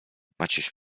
maciuś